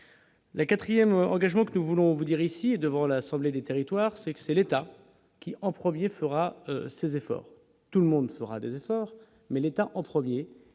La 4ème engagement que nous voulons vous dire ici devant l'assemblée des territoires, c'est que c'est l'État qui en 1er fera ses efforts, tout le monde fera des efforts, mais l'État en 1er